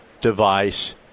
device